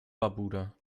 barbuda